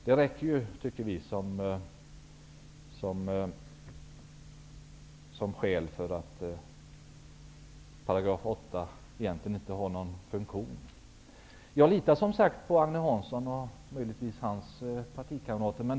Det räcker, tycker vi, som skäl för att säga att 8 § egentligen inte har någon funktion. Jag litar som sagt på Agne Hansson och möjligtvis på hans partikamrater.